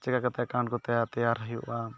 ᱪᱮᱠᱟ ᱠᱟᱛᱮ ᱮᱠᱟᱣᱩᱴ ᱠᱚ ᱛᱮᱭᱟᱨ ᱦᱩᱭᱩᱜᱼᱟ